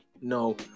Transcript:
no